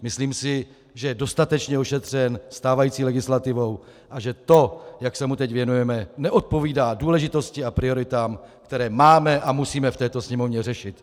Myslím si, že je dostatečně ošetřen stávající legislativou a že to, jak se mu teď věnujeme, neodpovídá důležitosti a prioritám, které máme a musíme v této Sněmovně řešit.